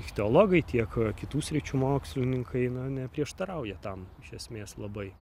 ichtiologai tiek kitų sričių mokslininkai na neprieštarauja tam iš esmės labai